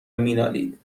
مینالید